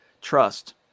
Trust